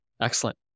excellent